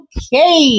Okay